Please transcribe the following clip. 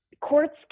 courts